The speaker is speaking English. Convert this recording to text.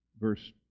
Verse